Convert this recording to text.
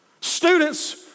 Students